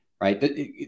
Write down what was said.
Right